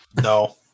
No